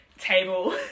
table